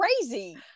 crazy